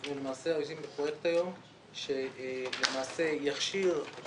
אנחנו למעשה עוסקים היום בפרויקט שיכשיר את